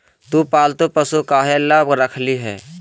तु पालतू पशु काहे ला रखिली हें